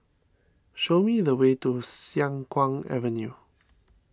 show me the way to Siang Kuang Avenue